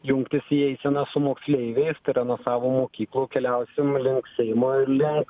jungtis į eiseną su moksleiviais tai yra nuo savo mokyklų keliausim link seimo ir link